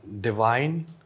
Divine